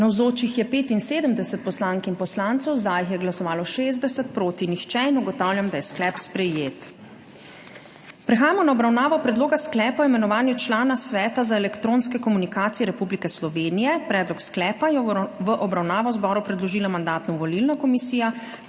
Navzočih je 75 poslank in poslancev, za jih je glasovalo 60, proti nihče. (Za je glasovalo 60.) (Proti nihče.) Ugotavljam, da je sklep sprejet. Prehajamo na obravnavo Predloga sklepa o imenovanju člana Sveta za elektronske komunikacije Republike Slovenije. Predlog sklepa je v obravnavo zboru predložila Mandatno-volilna komisija.